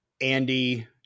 andy